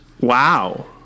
Wow